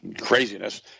craziness